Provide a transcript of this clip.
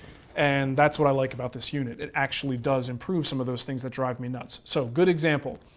and that's what i like about this unit, it actually does improve some of those things that drive me nuts. so, good example,